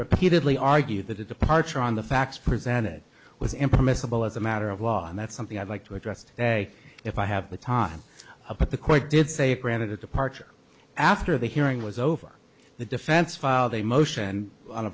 repeatedly argued that the departure on the facts presented was impossible as a matter of law and that's something i'd like to address today if i have the time about the court did say it granted a departure after the hearing was over the defense filed a motion on a